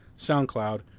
SoundCloud